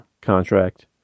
contract